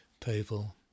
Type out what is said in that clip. people